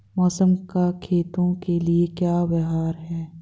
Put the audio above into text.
मौसम का खेतों के लिये क्या व्यवहार है?